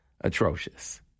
atrocious